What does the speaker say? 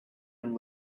and